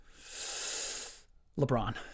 LeBron